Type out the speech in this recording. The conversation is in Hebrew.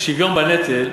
על שוויון בנטל.